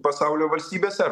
pasaulio valstybėse